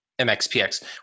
MXPX